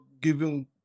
giving